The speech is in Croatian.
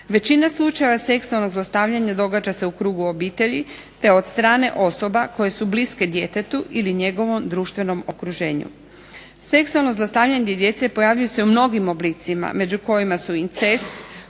Većina slučajeva seksualnog zlostavljanja događa se u krugu obitelji, te od strane osobe koje su bliske djetetu ili njegovom društvenom okruženju. Seksualno zlostavljanje djece pojavljuje se u mnogim oblicima među kojima su incest,